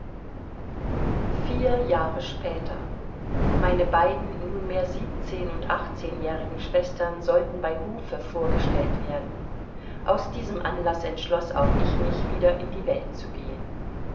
vier jahre später meine beiden nunmehr siebzehn und achtzehnjährigen schwestern sollten bei hofe vorgestellt werden aus diesem anlaß entschloß auch ich mich wieder in die welt zu gehen